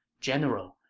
general,